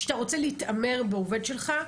כשאתה רוצה להתעמר בעובד שלך,